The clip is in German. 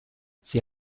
sie